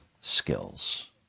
skills